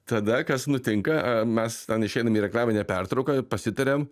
tada kas nutinka mes ten išeinam į reklaminę pertrauką pasitariam